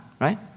right